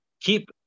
keep